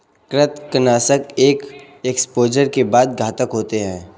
कृंतकनाशक एक एक्सपोजर के बाद घातक होते हैं